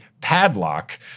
padlock